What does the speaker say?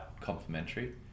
complementary